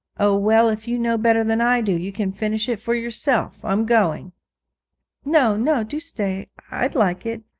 oh, well, if you know better than i do, you can finish it for yourself. i'm going no, no do stay. i like it.